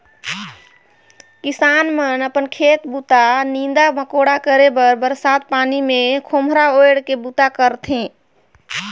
किसान मन अपन खेत बूता, नीदा मकोड़ा करे बर बरसत पानी मे खोम्हरा ओएढ़ के बूता करथे